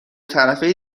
طرفه